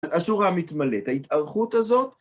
השורה מתמלאת, ההתארכות הזאת.